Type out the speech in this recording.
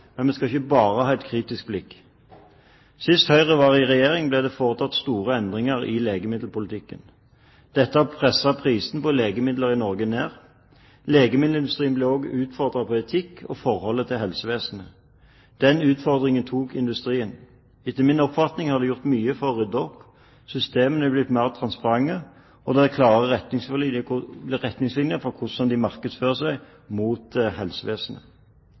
men vi skal ikke bare ha et kritisk blikk. Sist Høyre var i regjering, ble det foretatt store endringer i legemiddelpolitikken. Dette presset prisene på legemidler i Norge ned. Legemiddelindustrien ble også utfordret på etikk og forholdet til helsevesenet. Den utfordringen tok industrien. Etter min oppfatning er det gjort mye for å rydde opp. Systemene er blitt mer transparente, og det er klarere retningslinjer for hvordan de markedsfører seg mot helsevesenet.